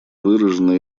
выражено